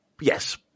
yes